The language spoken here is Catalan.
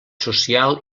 social